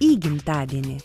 į gimtadienį